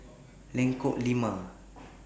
Lengkok Lima